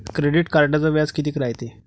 Credit कार्डचं व्याज कितीक रायते?